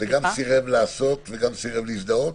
גם סירב לעשות וגם סירב להזדהות?